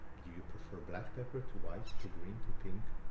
do you prefer black pepper to white to green to pink?